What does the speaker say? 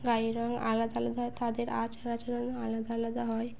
গাায়ের রঙ আলাদা আলাদা হয় তাদের আচার আচরানো আলাদা আলাদা হয়